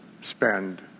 spend